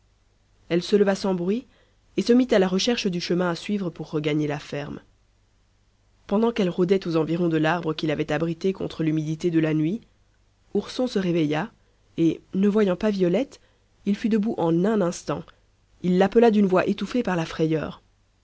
elle se leva sans bruit et se mit à la recherche du chemin à suivre pour regagner la ferme pendant qu'elle rôdait aux environs de l'arbre qui l'avait abritée contre l'humidité de la nuit ourson se réveilla et ne voyant pas violette il fut debout en un instant il l'appela d'une voix étouffée par la frayeur